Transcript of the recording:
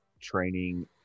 training